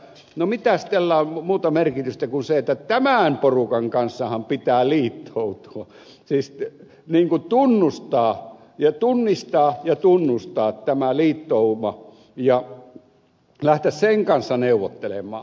no mitäs tällä on muuta merkitystä kuin se että tämän porukan kanssahan pitää liittoutua siis tunnistaa ja tunnustaa tämä liittouma ja lähteä sen kanssa neuvottelemaan